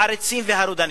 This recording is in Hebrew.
העריצים והרודנים.